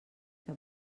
que